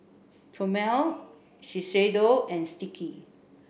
Chomel Shiseido and Sticky